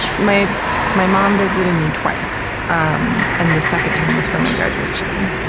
my my mom visited me twice. um and the second time was for my graduation.